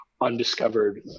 undiscovered